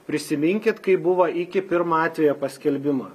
prisiminkit kaip buvo iki pirmo atvejo paskelbimo